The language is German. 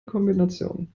kombination